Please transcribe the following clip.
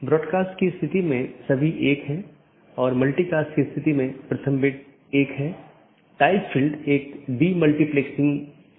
त्रुटि स्थितियों की सूचना एक BGP डिवाइस त्रुटि का निरीक्षण कर सकती है जो एक सहकर्मी से कनेक्शन को प्रभावित करने वाली त्रुटि स्थिति का निरीक्षण करती है